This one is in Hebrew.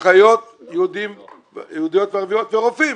אחיות יהודיות וערביות ורופאים